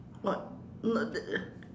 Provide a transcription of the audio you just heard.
what uh that that